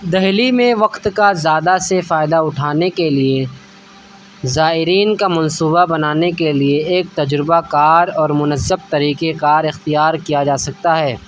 دہلی میں وقت کا زیادہ سے فائدہ اٹھانے کے لیے زائرین کا منصوبہ بنانے کے لیے ایک تجربہ کار اور منظم طریقہ کار اختیار کیا جا سکتا ہے